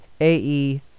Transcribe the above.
ae